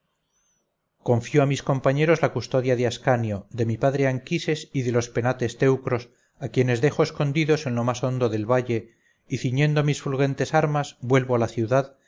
confío a mis compañeros la custodia de ascanio de mi padre anquises y de los penates teucros a quienes dejo escondidos en lo más hondo del valle y ciñendo mis fulgentes armas vuelvo a la ciudad